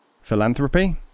Philanthropy